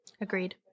Agreed